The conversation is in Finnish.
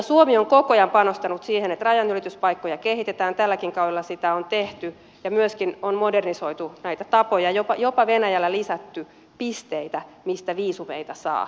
suomi on koko ajan panostanut siihen että rajanylityspaikkoja kehitetään tälläkin kaudella sitä on tehty ja myöskin on modernisoitu näitä tapoja jopa venäjällä lisätty niitä pisteitä mistä viisumeita saa